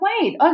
wait